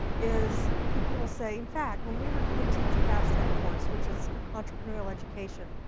is people will say, in fact, when we would would teach a fast track course, which is entrepreneurial education,